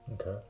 okay